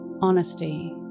honesty